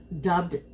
dubbed